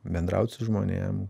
bendraut su žmonėm